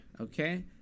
Okay